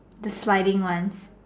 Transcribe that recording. the sliding ones